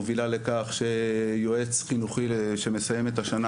מובילה לכך שיועץ חינוכי שמסיים את השנה,